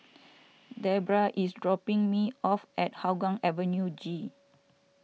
Debra is dropping me off at Hougang Avenue G